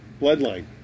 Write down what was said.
Bloodline